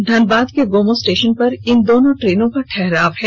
धनबाद के गोमो स्टेशन पर इन दोनों ट्रेनों का ठहराव है